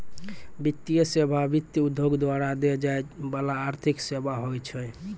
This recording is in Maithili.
वित्तीय सेवा, वित्त उद्योग द्वारा दै जाय बाला आर्थिक सेबा होय छै